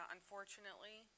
Unfortunately